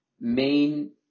Main